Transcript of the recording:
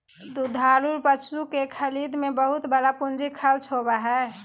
दुधारू पशु के खरीद में बहुत बड़ा पूंजी खर्च होबय हइ